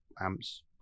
amps